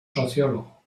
sociólogo